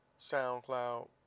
SoundCloud